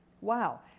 Wow